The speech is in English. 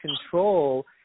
control